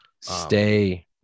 Stay